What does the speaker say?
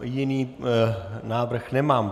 Jiný návrh nemám.